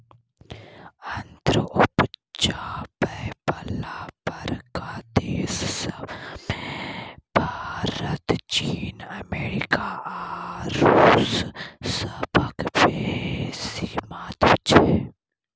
अन्न उपजाबय बला बड़का देस सब मे भारत, चीन, अमेरिका आ रूस सभक बेसी महत्व छै